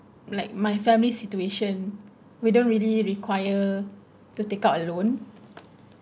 like my family situation we don't really require to take out a loan